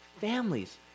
families